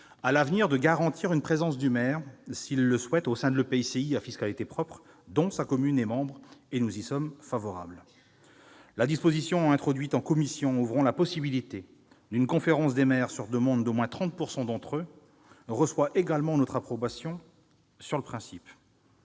à l'avenir une présence du maire s'il le souhaite au sein de l'EPCI à fiscalité propre dont sa commune est membre. Nous y sommes favorables. La disposition introduite en commission ouvrant la possibilité d'une conférence des maires sur demande d'au moins 30 % d'entre eux reçoit également notre approbation sur le principe.